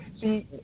See